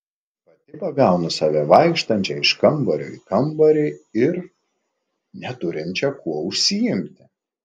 pati pagaunu save vaikštančią iš kambario į kambarį ir neturinčią kuo užsiimti